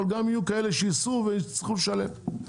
אבל גם יהיו כאלה שייסעו ויצטרכו לשלם.